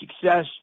success